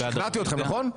שכנעתי אתכם, נכון?